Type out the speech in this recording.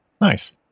Nice